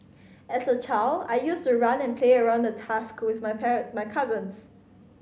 as a child I used to run and play around the tusk school with my parent my cousins